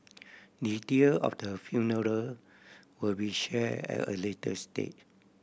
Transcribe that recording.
detail of the funeral will be share at a later stage